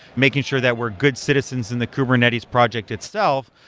making sure that we're good citizens in the kubernetes project itself,